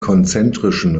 konzentrischen